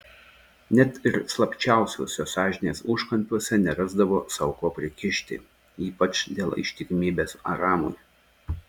net ir slapčiausiuose sąžinės užkampiuose nerasdavo sau ko prikišti ypač dėl ištikimybės aramui